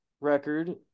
record